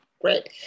Great